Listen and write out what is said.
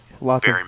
Lots